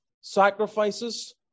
sacrifices